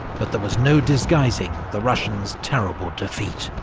but there was no disguising the russians' terrible defeat.